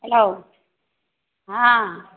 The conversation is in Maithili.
हेलौ हँ